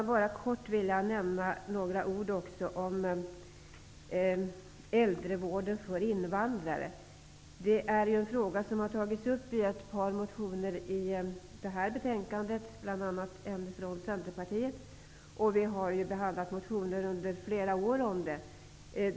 Jag skulle bara vilja nämna några ord om äldrevården för invandrare. Det är en fråga som har tagits upp i ett par motioner som har behandlats i det här betänkandet, bl.a. en från Centerpartiet. Vi har behandlat motioner under flera år om detta.